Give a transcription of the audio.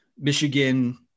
Michigan